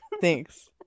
thanks